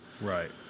Right